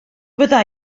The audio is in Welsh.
fydda